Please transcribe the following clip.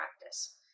practice